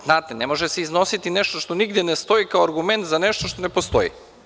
Znate, ne može se iznositi nešto što nigde ne stoji kao argument za nešto što ne postoji.